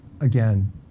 again